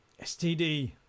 STD